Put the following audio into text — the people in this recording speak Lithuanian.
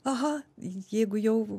aha jeigu jau